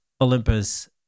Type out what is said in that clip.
Olympus